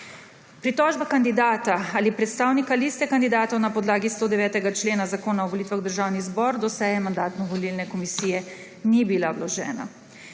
Pritožba kandidata ali predstavnika liste kandidatov na podlagi 109. člena Zakona o volitvah v državni zbor do seje Mandatno-volilne komisije ni bila vložena.